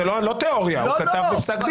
זאת לא תיאוריה, הוא כתב בפסק.